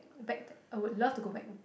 back I would love to go back